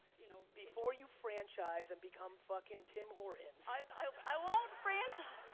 you know before you franchise and become fuckin' tim hortons. i won't franchise!